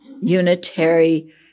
unitary